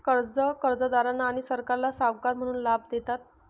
कर्जे कर्जदारांना आणि सरकारला सावकार म्हणून लाभ देतात